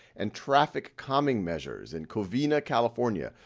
and traffic calming measures in covena, california,